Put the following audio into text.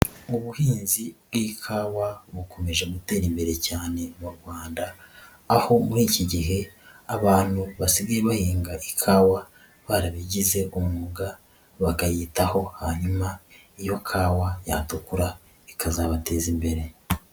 Ubuhinzi bw'ikawa bukomeje gutera imbere cyane mu Rwanda, aho muri iki gihe abantu basigaye bahinga ikawa barabigize umwuga bakayitaho hanyuma iyo kawa yatukura ikazabateza imbere.